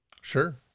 Sure